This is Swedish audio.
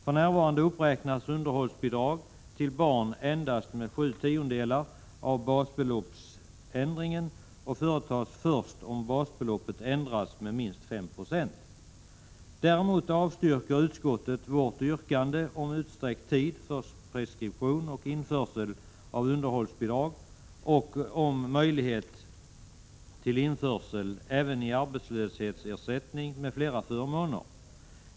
För närvarande uppräknas underhållsbidrag till barn med endast sju tiondelar av basbeloppsändringen och företas först om basbeloppet ändras med minst 5 96. Däremot avstyrker utskottet vårt yrkande om utsträckt tid för preskription och införsel av underhållsbidrag samt om möjlighet till införsel även i arbetslöshetsersättning m.fl. förmåner.